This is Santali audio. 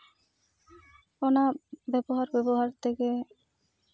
ᱚᱱᱟ ᱵᱮᱵᱚᱦᱟᱨ ᱵᱮᱵᱚᱦᱟᱨ ᱛᱮᱜᱮ